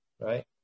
Right